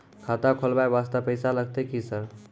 खाता खोलबाय वास्ते पैसो लगते की सर?